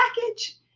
package